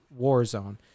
Warzone